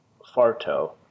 Farto